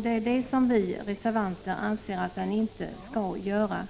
Det anser vi reservanter att den inte skall göra.